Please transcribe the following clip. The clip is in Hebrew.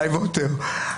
די והותר.